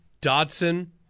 Dodson